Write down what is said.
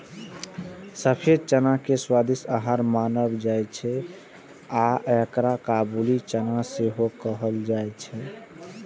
सफेद चना के स्वादिष्ट आहार मानल जाइ छै आ एकरा काबुली चना सेहो कहल जाइ छै